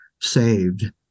saved